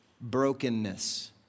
brokenness